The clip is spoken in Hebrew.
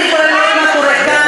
אני יכולה לראות מה קורה כאן,